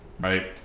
right